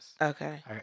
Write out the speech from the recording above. Okay